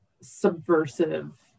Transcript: subversive